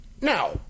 Now